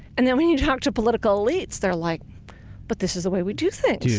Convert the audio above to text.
and then when you talk to political elites they're like but this is the way we do things.